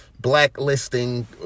blacklisting